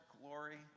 glory